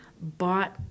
bought